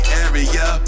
area